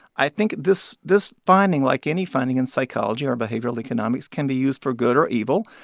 i think this this finding, like any finding in psychology or behavioral economics, can be used for good or evil.